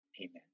amen